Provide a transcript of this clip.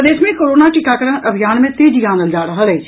प्रदेश मे कोरोना टीकाकरण अभियान मे तेजी आनल जा रहल अछि